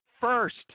first